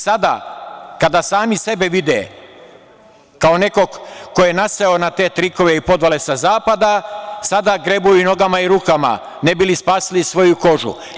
Sada kada sami sebe vide kao nekog ko je naseo na trikove i podvale sa Zapada, sada grebu i nogama i rukama, ne bi li spasili svoju kožu.